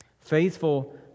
Faithful